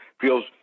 feels